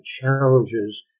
challenges